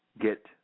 get